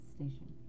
Station